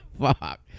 Fuck